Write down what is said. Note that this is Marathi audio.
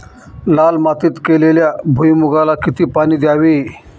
लाल मातीत केलेल्या भुईमूगाला किती पाणी द्यावे?